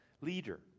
leader